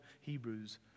Hebrews